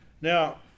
Now